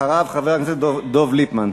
אחריו, חבר הכנסת דב ליפמן.